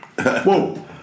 Whoa